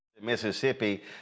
Mississippi